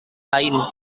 lain